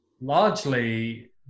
largely